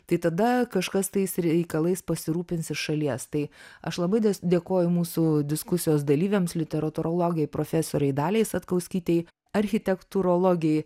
tai tada kažkas tais reikalais pasirūpins iš šalies tai aš labai dėkoju mūsų diskusijos dalyvėms literatūrologei profesorei daliai satkauskytei architektūrologei